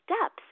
steps